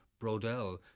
Brodel